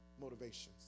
motivations